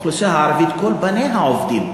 האוכלוסייה הערבית, כל בניה עובדים.